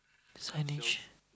signage